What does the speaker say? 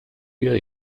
year